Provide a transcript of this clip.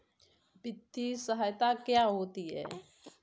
वित्तीय सहायता क्या होती है?